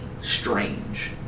strange